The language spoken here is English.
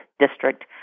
district